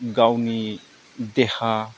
गावनि देहा